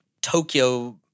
Tokyo